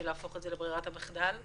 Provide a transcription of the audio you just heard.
להפוך את זה לברירת המחדל?